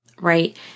right